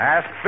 Ask